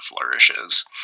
flourishes